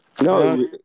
No